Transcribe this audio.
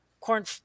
corn